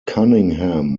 cunningham